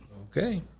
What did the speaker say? Okay